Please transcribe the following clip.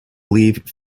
leave